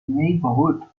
neighbourhood